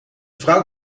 vrouw